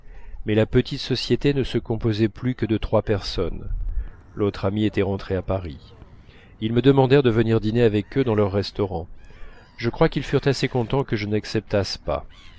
mais la petite société ne se composait plus que de trois personnes l'autre ami était rentré à paris ils me demandèrent de venir dîner avec eux dans leur restaurant je crois qu'ils furent assez contents que je n'acceptasse pas